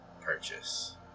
purchase